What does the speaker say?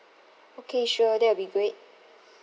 okay sure that will be great